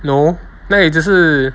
no 那也只是